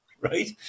Right